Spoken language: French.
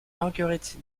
marguerite